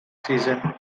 season